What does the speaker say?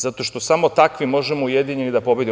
Zato što samo takvi možemo ujedinjeni da pobedimo.